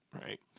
Right